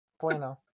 bueno